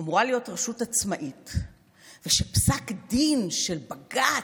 אמורה להיות רשות עצמאית ושפסק דין של בג"ץ,